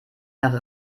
nach